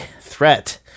threat